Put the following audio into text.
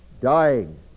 dying